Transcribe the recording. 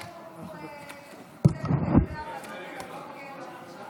אולי תיתן לנו צפי לגבי המליאות.